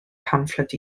pamffled